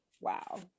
wow